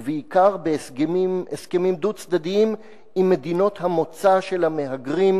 ובעיקר בהסכמים דו-צדדים עם מדינות המוצא של המהגרים,